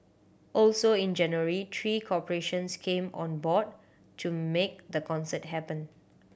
also in January three corporations came on board to make the concert happen